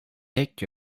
take